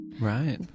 Right